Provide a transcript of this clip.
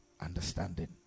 understanding